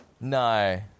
no